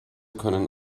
können